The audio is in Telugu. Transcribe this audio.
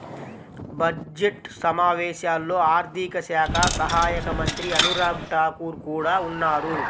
బడ్జెట్ సమావేశాల్లో ఆర్థిక శాఖ సహాయక మంత్రి అనురాగ్ ఠాకూర్ కూడా ఉన్నారు